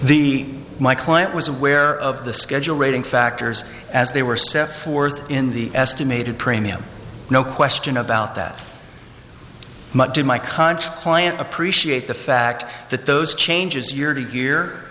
the my client was aware of the schedule rating factors as they were set forth in the estimated premium no question about that but did my contract client appreciate the fact that those changes year to year